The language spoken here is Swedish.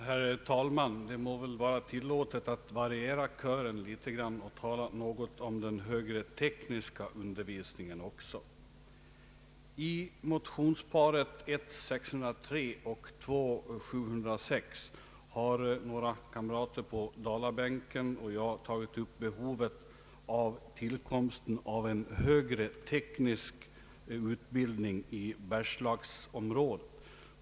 Herr talman! Det må väl vara tillåtet att variera kören litet grand och tala något om den högre tekniska undervisningen också. I motionerna I: 603 och II: 706 har jag tillsammans med några kamrater på Dalabänken tagit upp behovet av högre teknisk utbildning i Bergslagsområdet.